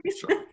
sorry